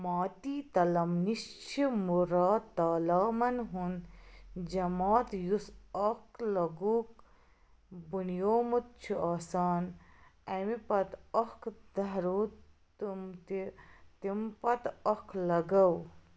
ماتی تلم نِش چھِ مراد تالامَن ہُنٛد جماعت یُس اکھ لغوٗک بنیومُت چھُ آسان اَمہِ پتہٕ اکھ دھروتٕم تہِ تِم پتہٕ اکھ لَگَو